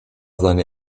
seine